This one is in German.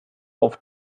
auf